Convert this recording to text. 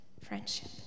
friendship